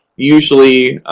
usually,